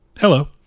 Hello